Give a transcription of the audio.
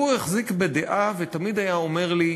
הוא החזיק בדעה, ותמיד היה אומר לי: